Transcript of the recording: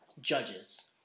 judges